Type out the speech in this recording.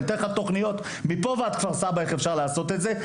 אני נותן לך תוכניות מפה ועד כפר-סבא איך אפשר לעשות את זה.